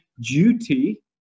duty